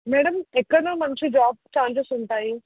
madam ఎక్కడ మంచి job chances ఉంటాయి